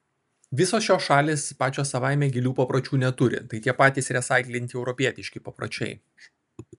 visos šios šalys pačios savaime gilių papročių neturi tai tie patys resaiklinti europietiški papročiai